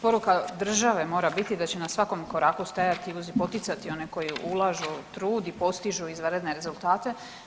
Poruka države mora biti da će na svakom koraku stajati i poticati one koji ulažu u trud i postižu izvanredne rezultate.